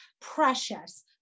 precious